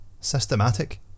Systematic